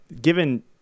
given